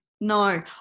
No